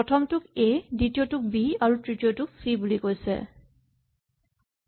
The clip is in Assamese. প্ৰথমটোক এ দ্বিতীয়টোক বি আৰু তৃতীয়টোক চি বুলি কৈছো